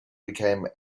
became